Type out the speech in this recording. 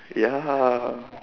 ya